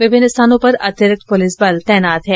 विभिन्न स्थानों पर अतिरिक्त पुलिस बल तैनात है